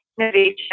innovation